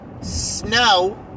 Snow